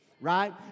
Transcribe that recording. Right